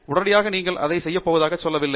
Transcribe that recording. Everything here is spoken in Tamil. உடனடியாக நீங்கள் அதை செய்யப்போவதாக சொல்லவில்லை